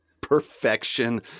Perfection